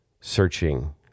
searching